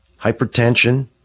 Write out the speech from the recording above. hypertension